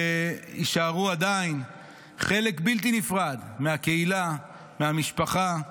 ועדיין יישארו חלק בלתי נפרד מהקהילה, מהמשפחה.